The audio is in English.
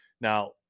Now